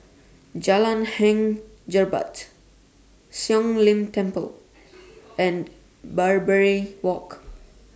Jalan Hang Jebat Siong Lim Temple and Barbary Walk